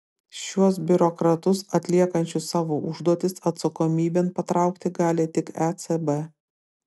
šiuos biurokratus atliekančius savo užduotis atsakomybėn patraukti gali tik ecb